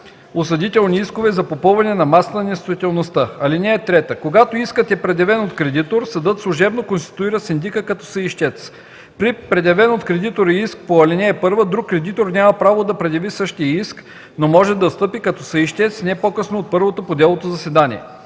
осъдителни искове за попълване на масата на несъстоятелността. (3) Когато искът е предявен от кредитор, съдът служебно конституира синдика като съищец. При предявен от кредитор иск по ал. 1 друг кредитор няма право да предяви същия иск, но може да встъпи като съищец не по-късно от първото по делото заседание.